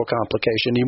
complication